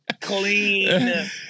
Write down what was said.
clean